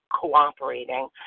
cooperating